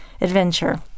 adventure